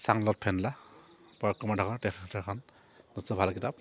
চাংলত ফেনলা তেখেতৰ এখন যথেষ্ট ভাল কিতাপ